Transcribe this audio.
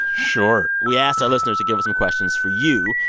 sure we asked our listeners to give us some questions for you.